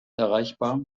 erreichbar